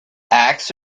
acts